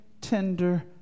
tender